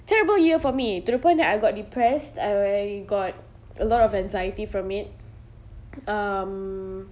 terrible year for me to the point that I got depressed I got a lot of anxiety from it um